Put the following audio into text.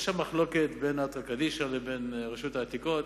יש שם מחלוקת בין "אתרא קדישא" לבין רשות העתיקות,